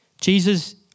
Jesus